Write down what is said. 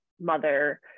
mother